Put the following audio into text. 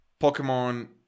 Pokemon